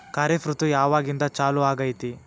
ಖಾರಿಫ್ ಋತು ಯಾವಾಗಿಂದ ಚಾಲು ಆಗ್ತೈತಿ?